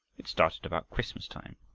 it started about christmas time.